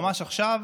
ממש עכשיו